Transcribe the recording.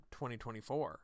2024